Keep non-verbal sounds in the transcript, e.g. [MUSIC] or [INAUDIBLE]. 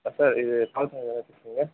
ஆ sir இது பால் பண்ணை [UNINTELLIGIBLE] பேசுகிறீங்க